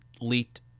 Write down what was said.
leaked